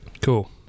Cool